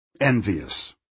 Envious